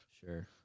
Sure